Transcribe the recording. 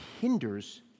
hinders